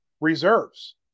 Reserves